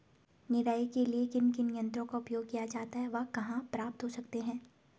निराई के लिए किन किन यंत्रों का उपयोग किया जाता है वह कहाँ प्राप्त हो सकते हैं?